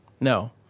No